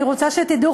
אני רוצה שתדעו,